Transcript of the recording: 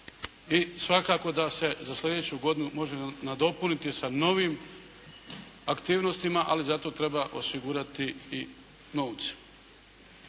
i svakako da se za slijedeću godinu može nadopuniti sa novim aktivnostima, ali za to treba osigurati i novce.